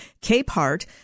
Capehart